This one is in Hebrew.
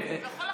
הוא יכול לחזור.